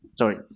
Sorry